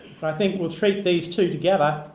i think we'll treat these two together,